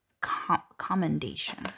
commendation